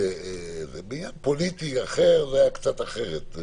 בעניין פוליטי אחר זה היה קצת אחרת.